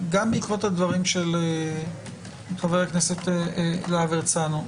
גם בעקבות הדברים של חבר הכנסת יוראי להב הרצנו,